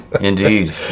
Indeed